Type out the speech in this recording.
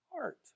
heart